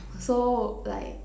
so like